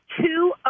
two